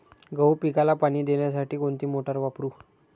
गहू पिकाला पाणी देण्यासाठी कोणती मोटार वापरू?